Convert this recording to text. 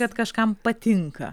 kad kažkam patinka